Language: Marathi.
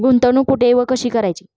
गुंतवणूक कुठे व कशी करायची?